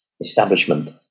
establishment